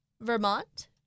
vermont